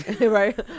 right